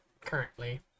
currently